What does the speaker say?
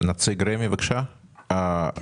נציג רשות מקרקעי ישראל.